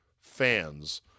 fans